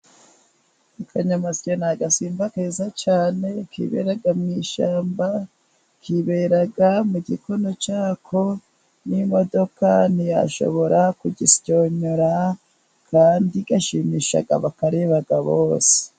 Akanyamasyo ni agasimba keza cyane, kibera mu ishyamba kibera mu gikono cyako n'imodoka ntiyashobora kugisyonyora kandi gashimisha abakareba bose.